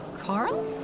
Carl